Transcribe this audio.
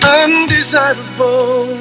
undesirable